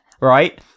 right